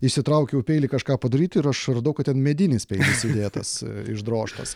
išsitraukiau peilį kažką padaryt ir aš radau kad ten medinis peilis įdėtas išdrožtas